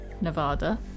Nevada